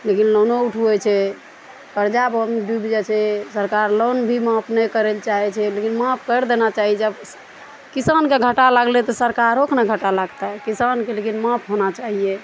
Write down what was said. लेकिन लोनो उठबै छै कर्जा बहुत डुबि जाइ छै सरकार लोन भी माफ नहि करै लए चाहै छै लेकिन माफ करि देना चाही जब किसानके घाटा लागलै तऽ सरकारोके ने घाटा लागतै किसानके लेकिन माफ होना चाहिए